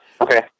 Okay